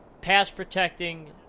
pass-protecting